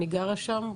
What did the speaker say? אני גרה שם,